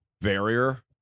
Barrier